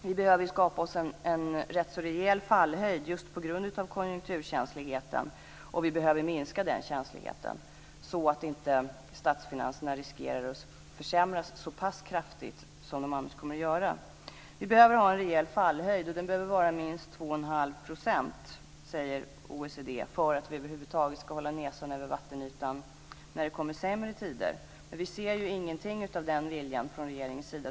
Vi behöver skapa oss en rätt rejäl fallhöjd just på grund av konjunkturkänsligheten, och vi behöver minska denna känslighet så att inte statsfinanserna riskerar att försämras så pass kraftigt som de annars kommer att göra. Vi behöver ha en rejäl fallhöjd, och den behöver vara minst 2,5 %, säger OECD, för att vi över huvud taget ska hålla näsan över vattenytan när det kommer sämre tider. Men vi ser ju tyvärr ingenting av den viljan från regeringens sida.